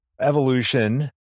Evolution